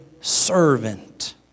servant